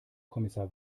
kommissar